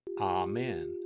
Amen